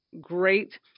great